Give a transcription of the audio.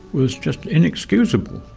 was just inexcusable.